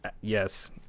yes